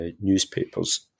newspapers